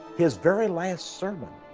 his very last sermon,